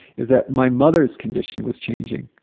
is that my mother's condition was changing.